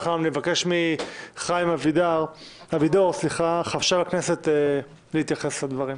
נבקש מחיים אבידור חשב הכנסת להתייחס לדברים.